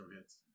hits